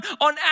on